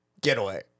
Getaway